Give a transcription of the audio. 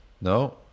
no